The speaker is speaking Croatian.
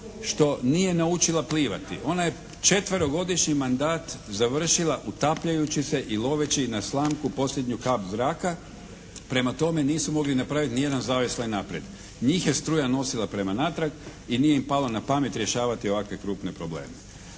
što nije naučila plivati, ona je četverogodišnji mandat završila utapljajući se i loveći na slamku posljednju kap zraka, prema tome nisu mogli napraviti ni jedan zaveslaj naprijed. Njih je struja nosila prema natrag i nije im palo na pamet rješavati ovakve krupne probleme.